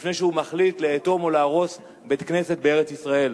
לפני שהוא מחליט לאטום או להרוס בית-כנסת בארץ-ישראל.